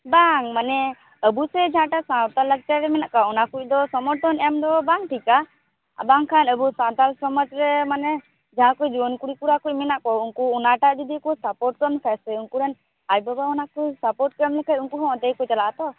ᱵᱟᱝ ᱢᱟᱱᱮ ᱟᱵᱚᱥᱮ ᱡᱟᱦᱟᱸ ᱴᱟ ᱥᱟᱶᱛᱟ ᱞᱟᱠᱪᱟᱨ ᱨᱮ ᱢᱮᱱᱟᱜ ᱠᱟᱜ ᱚᱱᱟ ᱠᱚᱡ ᱫᱚ ᱥᱚᱢᱚᱨᱛᱷᱚᱱ ᱮᱢ ᱫᱚ ᱵᱟᱝ ᱴᱷᱤᱠᱟ ᱵᱟᱝᱠᱷᱟᱱ ᱟᱵᱚ ᱥᱟᱱᱛᱟᱲ ᱥᱚᱢᱟᱡᱽ ᱨᱮ ᱢᱟᱱᱮ ᱡᱟᱦᱟᱸ ᱠᱚ ᱡᱩᱣᱟ ᱱ ᱠᱩᱲᱤ ᱠᱚᱲᱟ ᱠᱚ ᱢᱮᱱᱟᱜ ᱠᱚᱣᱟ ᱩᱱᱠᱩ ᱚᱱᱟ ᱴᱟᱜ ᱡᱩᱫᱤ ᱠᱚ ᱥᱟᱯᱚᱴᱠᱟᱱ ᱠᱟᱡ ᱥᱮ ᱩᱱᱠᱩᱨᱤᱱ ᱟᱭᱳ ᱵᱟᱵᱟ ᱦᱚᱱᱟᱝ ᱠᱚ ᱥᱟᱯᱚᱴ ᱠᱟᱜ ᱢᱮᱱᱠᱷᱟᱱ ᱩᱱᱠᱩ ᱦᱚᱸ ᱚᱸᱰᱮ ᱜᱮ ᱠᱚ ᱪᱟᱞᱟᱜᱼᱟ ᱛᱚ